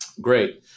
Great